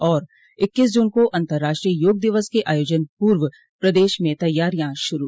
और इक्कीस जून को अन्तर्राष्ट्रीय योग दिवस के आयोजन पूर्व प्रदेश में तैयारियां शुरू